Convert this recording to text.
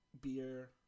beer